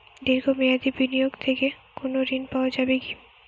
দীর্ঘ মেয়াদি বিনিয়োগ থেকে কোনো ঋন পাওয়া যাবে কী?